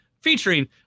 featuring